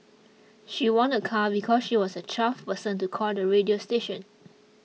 she won a car because she was the twelfth person to call the radio station